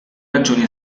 ragioni